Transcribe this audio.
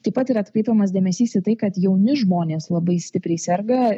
taip pat yra atkreipiamas dėmesys į tai kad jauni žmonės labai stipriai serga